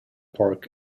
park